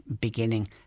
beginning